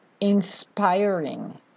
inspiring